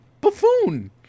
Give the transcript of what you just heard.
buffoon